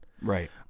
Right